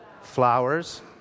Flowers